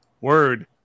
Word